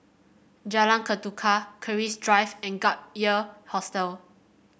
Jalan Ketuka Keris Drive and Gap Year Hostel